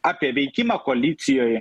apie veikimą koalicijoj